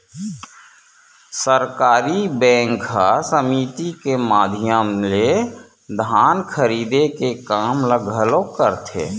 सहकारी बेंक ह समिति के माधियम ले धान खरीदे के काम ल घलोक करथे